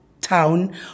town